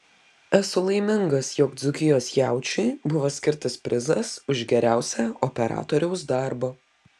esu laimingas jog dzūkijos jaučiui buvo skirtas prizas už geriausią operatoriaus darbą